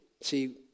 see